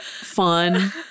fun